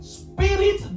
spirit